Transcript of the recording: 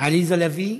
עליזה לביא,